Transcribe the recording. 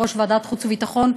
יושב-ראש ועדת חוץ וביטחון,